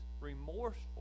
remorseful